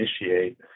initiate